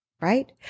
right